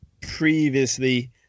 previously